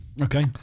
Okay